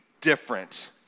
different